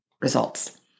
results